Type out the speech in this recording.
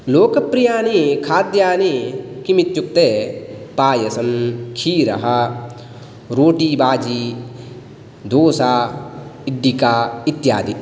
लोकप्रियानि खाद्यानि किमित्युक्ते पायसं क्षीरः रोटि बाजि दोसा इड्लिका इत्यादि